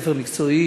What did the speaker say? בתי-ספר מקצועיים,